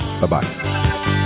Bye-bye